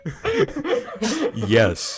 yes